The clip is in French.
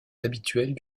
habituels